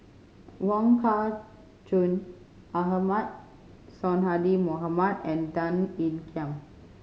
Wong Kah Chun Ahmad Sonhadji Mohamad and Tan Ean Kiam